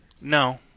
No